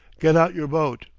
get out your boat.